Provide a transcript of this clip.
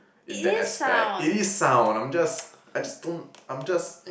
in that aspect it is sound I'm just I just don't I'm just